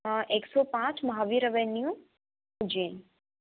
एक सौ पाँच महावीर रिवेन्यू जी